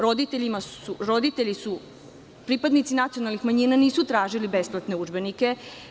Roditelji su, pripadnici nacionalnih manjina, nisu tražili besplatne udžbenike.